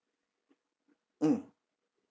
mm